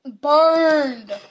Burned